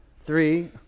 three